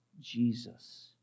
Jesus